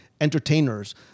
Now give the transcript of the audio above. entertainers